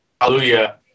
Hallelujah